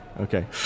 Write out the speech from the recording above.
Okay